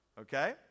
okay